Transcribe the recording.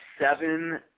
seven